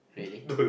really